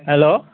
hello